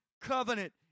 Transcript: covenant